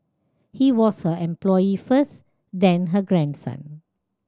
he was her employee first then her grandson